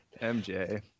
MJ